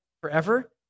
forever